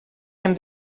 him